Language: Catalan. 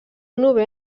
novè